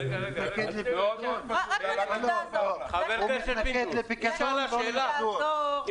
מאוד פשוט --- חבר הכנסת פינדרוס,